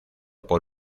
por